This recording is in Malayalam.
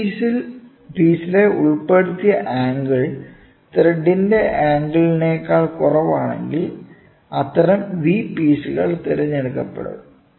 വി പീസിലെ ഉൾപ്പെടുത്തിയ ആംഗിൾ ത്രെഡിന്റെ ആംഗിളിനേക്കാൾ കുറവാണെങ്കിൽ അത്തരം വി പീസുകൾ തിരഞ്ഞെടുക്കപ്പെടും